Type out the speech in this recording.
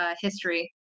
history